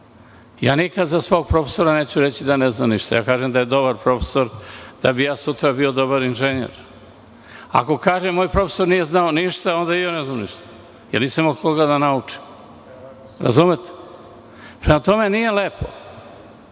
Nikada za svog profesora neću reći da ne zna ništa. Kažem da je dobar profesor, da bi ja sutra bio dobar inženjer. Ako kažem – moj profesor nije znao ništa, onda i ja ne znam ništa, jer nisam imao od koga da naučim. Prema tome nije lepo,